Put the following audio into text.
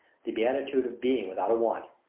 the beatitude of being without a want,